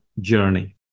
journey